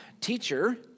teacher